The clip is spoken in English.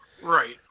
Right